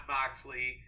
Moxley